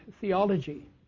Theology